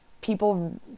people